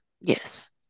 Yes